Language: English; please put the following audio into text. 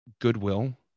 goodwill